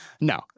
No